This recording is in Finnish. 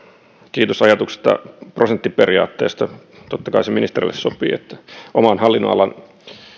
kiitos ajatuksesta prosenttiperiaatteesta totta kai se ministerille sopii että oman hallinnonalan